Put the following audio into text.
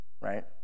Right